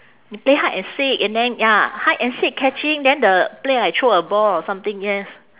we play hide and seek and then ya hide and seek catching then the play I throw a ball or something yes